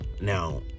now